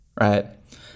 right